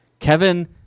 Kevin